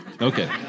okay